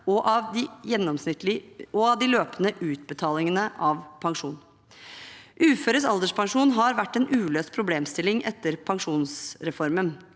og av de løpende utbetalingene av pensjon. Uføres alderspensjon har vært en uløst problemstilling etter pensjonsreformen.